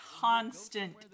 constant